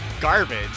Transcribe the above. garbage